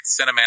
cinematic